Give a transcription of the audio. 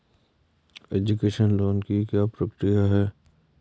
Education loan की क्या प्रक्रिया है?